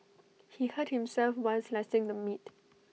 he hurt himself while slicing the meat